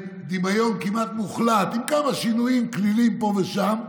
בדמיון כמעט מוחלט, עם כמה שינויים קלילים פה ושם,